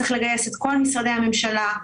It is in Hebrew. צריך לגייס את כל משרדי הממשלה,